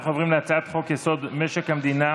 אנחנו עוברים להצעת חוק-יסוד: משק המדינה